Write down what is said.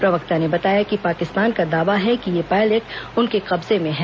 प्रवक्ता ने बताया कि पाकिस्तान का दावा है कि यह पायलट उसके कब्जे में है